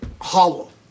hollow